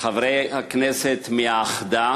חברי הכנסת מהיַחדה